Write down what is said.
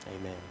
Amen